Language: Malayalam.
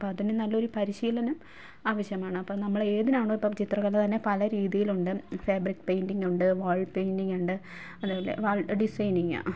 അപ്പം അതിന് നല്ലൊരു പരിശീലനം ആവശ്യമാണ് അപ്പം നമ്മളതിനാണൊ ഇപ്പം ചിത്രകല തന്നെ പല രീതിയിലുണ്ട് ഫേബ്രിക് പെയിൻടിങ്ങുണ്ട് വാൾ പെയിൻടിങ്ങുണ്ട് അതേപോലെ വാൾ ഡിസൈനിങ്ങ്